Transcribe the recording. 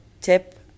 tip